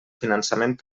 finançament